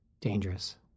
dangerous